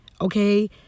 Okay